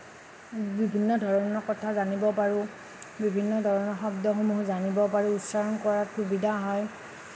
বিভিন্নধৰণৰ কথা জানিব পাৰোঁ বিভিন্ন ধৰণৰ শব্দসমূহ জানিব পাৰোঁ উচ্চাৰণ কৰাত সুবিধা হয়